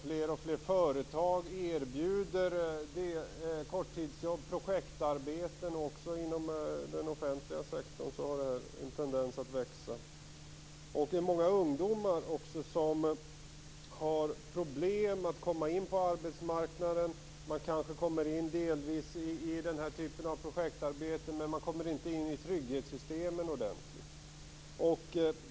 Fler och fler företag erbjuder korttidsjobb eller projektarbeten. Också inom den offentliga sektorn har detta en tendens att växa. Det är många ungdomar som har problem att komma in på arbetsmarknaden. De kanske kommer in delvis genom den här typen av projektarbete, men de kommer inte in i trygghetssystemen ordentligt.